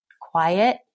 quiet